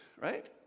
right